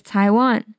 Taiwan